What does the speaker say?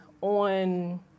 on